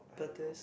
but this